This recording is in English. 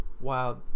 wow